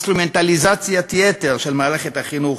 אינסטרומנטליזציית יתר של מערכת החינוך.